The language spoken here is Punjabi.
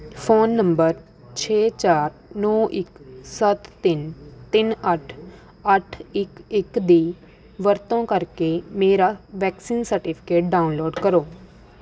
ਫ਼ੋਨ ਨੰਬਰ ਛੇ ਚਾਰ ਨੌ ਇੱਕ ਸੱਤ ਤਿੰਨ ਤਿੰਨ ਅੱਠ ਅੱਠ ਇੱਕ ਇੱਕ ਦੀ ਵਰਤੋਂ ਕਰਕੇ ਮੇਰਾ ਵੈਕਸੀਨ ਸਰਟੀਫਿਕੇਟ ਡਾਊਨਲੋਡ ਕਰੋ